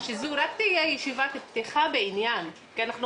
שזו רק תהיה ישיבת פתיחה בעניין כי אנחנו